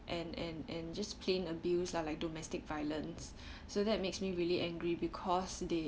and and and just plain abuse lah like domestic violence so that makes me really angry because they